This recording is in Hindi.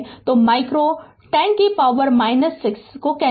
तो माइक्रो 10 कि पावर 6 कैंसिल